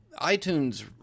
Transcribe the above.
iTunes